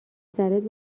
سرت